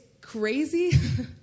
crazy